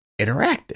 interactive